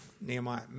Nehemiah